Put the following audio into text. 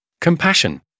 compassion